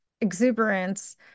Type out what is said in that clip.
exuberance